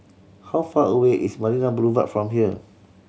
how far away is Marina Boulevard from here